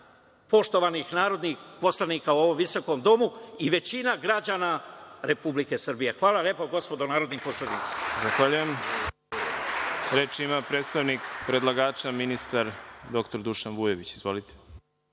poštovanih narodnih poslanika u ovom visokom domu i većina građana Republike Srbije. Hvala lepo gospodo narodni poslanici. **Đorđe Milićević** Reč ima predstavnik predlagača, ministar dr Dušan Vujović. Izvolite.